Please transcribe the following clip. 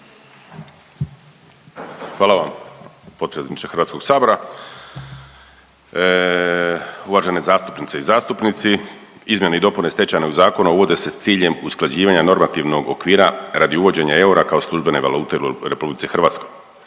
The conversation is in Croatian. Hvala vam potpredsjedniče HS-a. Uvažene zastupnice i zastupnici. Izmjene i dopune Stečajnog zakona uvode s ciljem usklađivanja normativnog okvira radi uvođenja eura kao službene valute u RH, stoga